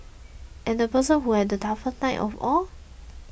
and the person who had the toughest night of all